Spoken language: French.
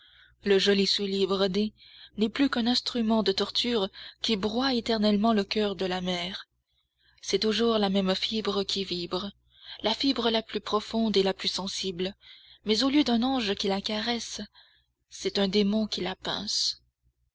le joli soulier brodé n'est plus qu'un instrument de torture qui broie éternellement le coeur de la mère c'est toujours la même fibre qui vibre la fibre la plus profonde et la plus sensible mais au lieu d'un ange qui la caresse c'est un démon qui la pince